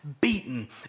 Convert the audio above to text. beaten